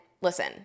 listen